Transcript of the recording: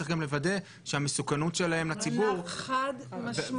צריך גם לוודא שהמסוכנות שלהם לציבור --- חד משמעי.